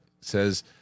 says